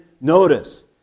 notice